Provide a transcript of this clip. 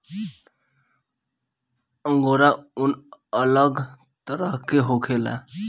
angora ऊन अलग तरह के होखेला